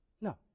No